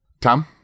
Tom